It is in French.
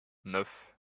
neuf